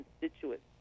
constituents